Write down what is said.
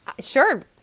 Sure